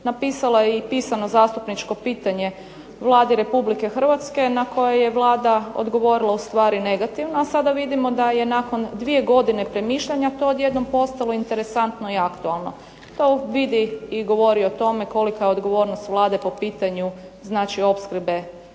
napisala i pisano zastupničko pitanje Vladi Republike Hrvatske na koje je Vlada odgovorila ustvari negativno, a sada vidimo da je nakon dvije godine premišljanja to odjednom postalo interesantno i aktualno. To vidi i govori o tome kolika je odgovornost Vlade po pitanju opskrbe